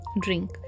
drink